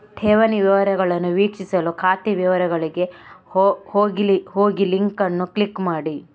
ಠೇವಣಿ ವಿವರಗಳನ್ನು ವೀಕ್ಷಿಸಲು ಖಾತೆ ವಿವರಗಳಿಗೆ ಹೋಗಿಲಿಂಕ್ ಅನ್ನು ಕ್ಲಿಕ್ ಮಾಡಿ